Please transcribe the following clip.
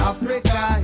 Africa